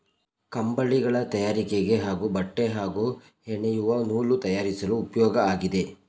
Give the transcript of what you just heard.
ಕಂಬಳಿಗಳ ತಯಾರಿಕೆಗೆ ಹಾಗೂ ಬಟ್ಟೆ ಹಾಗೂ ಹೆಣೆಯುವ ನೂಲು ತಯಾರಿಸಲು ಉಪ್ಯೋಗ ಆಗಿದೆ